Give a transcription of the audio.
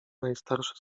najstarszy